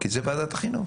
כי זה ועדת חינוך,